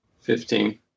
Fifteen